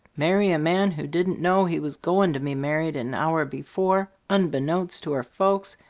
marry a man who didn't know he was goin' to be married an hour before, unbeknownst to her folks,